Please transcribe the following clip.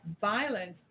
violence